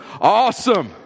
Awesome